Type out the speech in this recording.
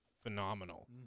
phenomenal